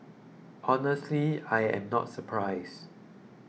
honestly I am not surprised